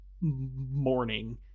morning